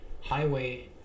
highway